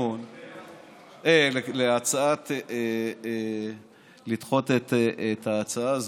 לדחות את ההצעה הזו,